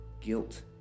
guilt